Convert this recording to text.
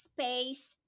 Space